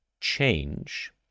change